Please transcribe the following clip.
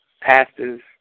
pastors